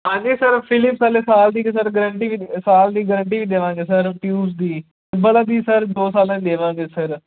ਹਾਂਜੀ sir Philips ਵਾਲੇ ਸਾਲ ਦੀ ਸਰ ਗਰੰਟੀ ਸਾਲ ਦੀ ਗਰੰਟੀ ਵੀ ਦੇਵਾਂਗੇ ਸਰ ਟਿਊਬਸ ਦੀ ਬੱਲਬ ਦੀ ਸਰ ਦੋ ਸਾਲਾਂ ਦੀ ਦੇਵਾਂਗੇ ਸਰ